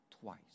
twice